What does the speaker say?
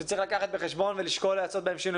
שצריך לקחת בחשבון ולשקול אם לעשות בהם שינוי.